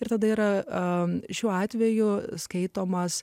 ir tada yra šiuo atveju skaitomas